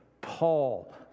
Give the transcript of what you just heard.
Paul